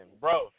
bro